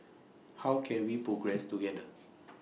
how can we progress together